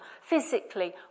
physically